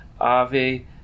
ave